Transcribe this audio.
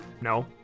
No